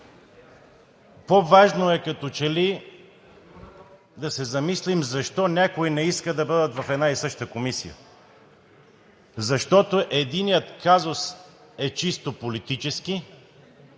По-важно е като че ли да се замислим защо някой не иска да бъдат в една и съща комисия. Защото единият казус е чисто политически,